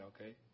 Okay